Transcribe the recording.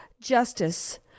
justice